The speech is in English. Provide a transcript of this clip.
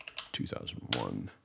2001